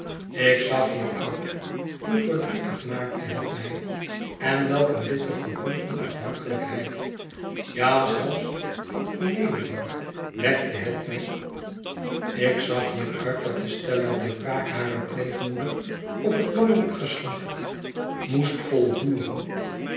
ik zag hieruit hoe verdrietig maakte het mij en welk een bitter gevoel van afhankelijkheid ja zelfs van vernedering wekte het by mij op ik zag hieruit dat estella de wraak harer pleegmoeder op het mannelijke geslacht qroote verwachtwgen moest volvoeren